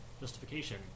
justification